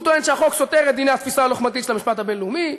הוא טוען שהחוק סותר את דיני התפיסה הלוחמתית של המשפט הבין-לאומי,